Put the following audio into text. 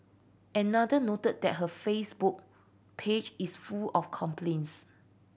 another noted that her Facebook page is full of complaints